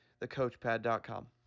thecoachpad.com